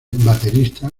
baterista